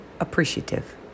appreciative